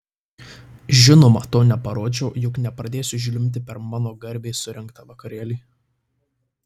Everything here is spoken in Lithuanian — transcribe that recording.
žinoma to neparodžiau juk nepradėsiu žliumbti per mano garbei surengtą vakarėlį